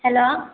hello